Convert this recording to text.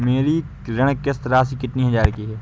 मेरी ऋण किश्त राशि कितनी हजार की है?